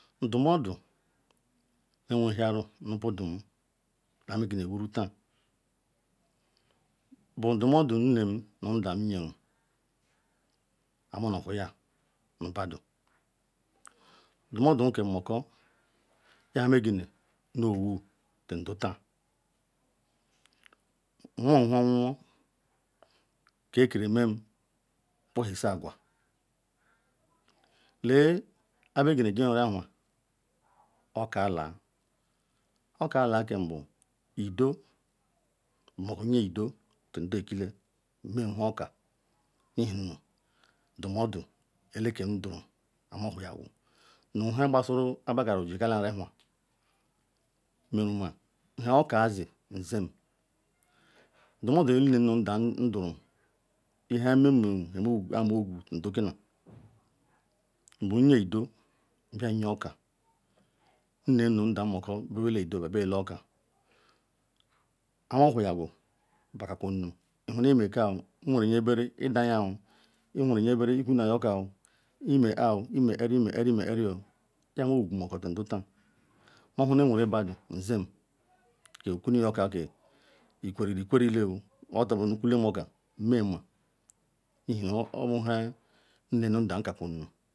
Ndumudu me wehiaru nu budu kponu magaru wuru taa bu ndumu-odu nnem nu ndam yeru kpo ma nu owehia nu badu. Ndumuodu ke muko jiga nowo tan dutaan. Nwomhawowo ke keyemem nkpaheyeshi agwu le kpo mejiri ji mruahua okala okalavkembbu ido, nbom nyeido kem olu ekile nmenleoka Ihe ndumudu elekem yuru kpo ma huraru. Nu nhe gbasuru kpo begala jikwaru ehua meruma nha okasi nzim Ndumuodu meen nu ndah duru ya-Ihevmeru mewom kpa me uloru du kita Nbumbiye udobbiaya nye oka. Nnem nu ndam mako beri ale udo be bia ele oka kpo mahuhiagu bakako nuru mekao, Nweren nye berere Idayio nweren nye berere Ikunaya okaoo Ime ka Ime kari mekari mekairoo, kem wokuqumako du taan mehuna nweren badu nzim ye. Okuni oka ke ikweriru me. kwerila otagu bu nu nwuele oka nmenma ihe nu obu nhe nnem nu ndah kakununu.